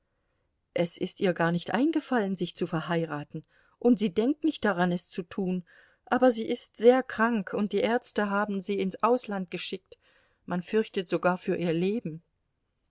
es ist ihr gar nicht eingefallen sich zu verheiraten und sie denkt nicht daran es zu tun aber sie ist sehr krank und die ärzte haben sie ins ausland geschickt man fürchtet sogar für ihr leben